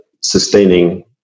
sustaining